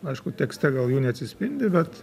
aišku tekste gal jų neatsispindi bet